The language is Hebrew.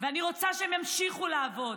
ואני רוצה שהם ימשיכו לעבוד.